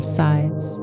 sides